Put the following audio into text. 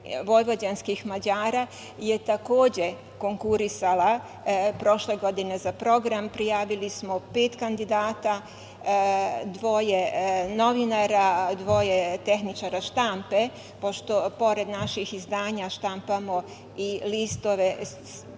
vojvođanskih Mađara, je takođe konkurisala prošle godine za program. Prijavili smo pet kandidata, dvoje novinara, dvoje tehničara štampe, pošto pored naših izdanja, štampamo i skoro sve